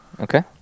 Okay